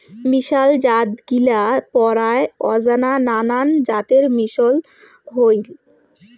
মিশাল জাতগিলা পরায় অজানা নানান জাতের মিশল হই